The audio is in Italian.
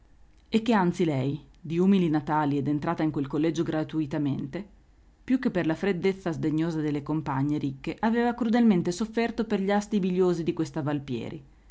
e che anzi lei di umili natali ed entrata in quel collegio gratuitamente più che per la freddezza sdegnosa delle compagne ricche aveva crudelmente sofferto per gli astii biliosi di questa valpieri